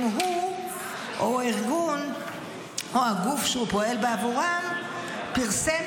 אם הוא או הארגון או הגוף שהוא פועל בעבורם פרסם